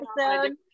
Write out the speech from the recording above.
episode